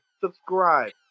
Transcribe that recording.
subscribe